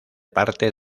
parte